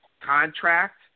contract